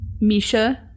misha